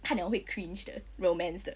看了我会 cringe 的 romance 的